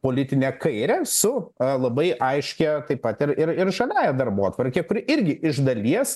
politinę kairę su labai aiškia taip pat ir ir ir žaliąja darbotvarke kuri irgi iš dalies